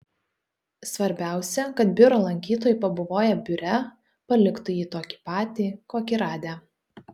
svarbiausia kad biuro lankytojai pabuvoję biure paliktų jį tokį patį kokį radę